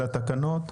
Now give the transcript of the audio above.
את התקנות?